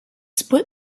split